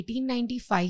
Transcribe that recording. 1895